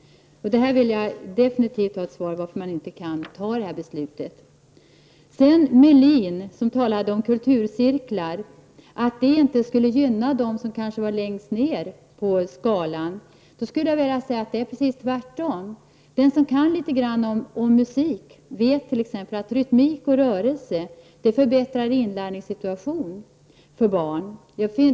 Jag vill ha ett definitivt svar på frågan varför riksdagen inte kan fatta det beslutet. Ulf Melin talade om att kulturcirklar inte skulle gynna dem som var längst ner på skalan. Jag skulle vilja säga att det är precis tvärtom. Den som kan litet om musik vet att rytmik och rörelse förbättrar inlärningssituationen för barn.